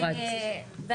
אני כתבתי משהו.